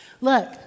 Look